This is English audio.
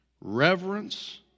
reverence